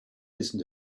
listen